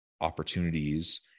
opportunities